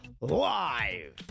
live